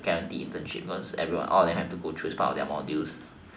a guaranteed internship because everyone all of them have to go through is part of their modules